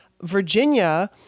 Virginia